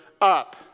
up